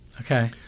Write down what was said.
Okay